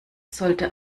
sollte